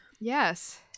Yes